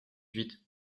huit